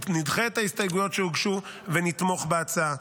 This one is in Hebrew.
נדחה את ההסתייגויות שהוגשו ונתמוך בהצעה.